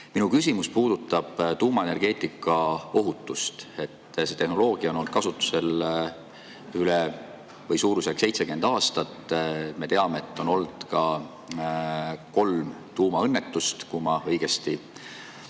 Minu küsimus puudutab tuumaenergeetika ohutust. See tehnoloogia on olnud kasutusel suurusjärgus 70 aastat. Me teame, et on olnud kolm tuumaõnnetust – kui ma õigesti